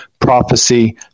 prophecy